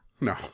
no